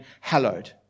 hallowed